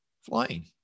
flying